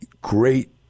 great